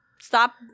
stop